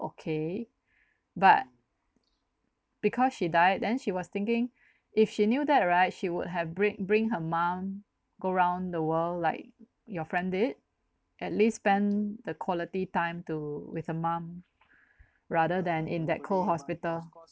okay but because she died then she was thinking if she knew that right she would have bring bring her mum go round the world like your friend did at least spend the quality time to with her mum rather than in that cold hospital